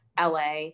LA